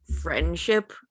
friendship